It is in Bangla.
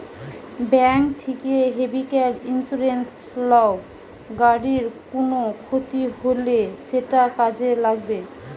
ব্যাংক থিকে ভেহিক্যাল ইন্সুরেন্স লাও, গাড়ির কুনো ক্ষতি হলে সেটা কাজে লাগবে